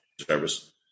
service